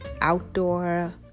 outdoor